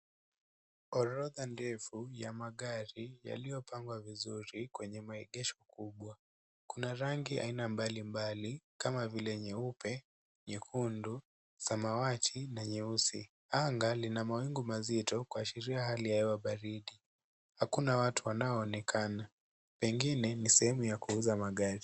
Orodha ndefu ya magari yaliyopangwa vizuri kwenye maegesho kubwa. Kuna rangi aina mbalimbali kama vile nyeupe, nyekundu, samawati na nyeusi. Anga lina mawingu mazito kuashiria hali ya hewa baridi. Hakuna watu wanaoonekana. Pengine ni sehemu ya kuuza magari.